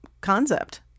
concept